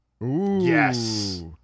Yes